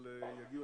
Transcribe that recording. אבל יגיעו,